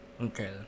Okay